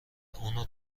اونو